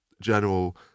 general